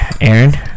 Aaron